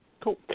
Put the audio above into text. Cool